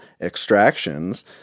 Extractions